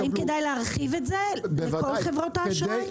האם כדאי להרחיב את זה לכל חברות האשראי?